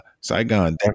Saigon